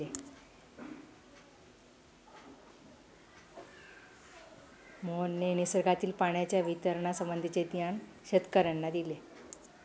मोहनने निसर्गातील पाण्याच्या वितरणासंबंधीचे ज्ञान शेतकर्यांना दिले